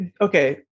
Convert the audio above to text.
Okay